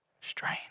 Strain